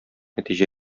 нәтиҗә